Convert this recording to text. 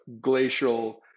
glacial